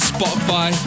Spotify